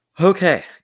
Okay